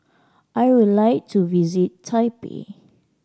I would like to visit Taipei